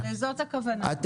שנייה.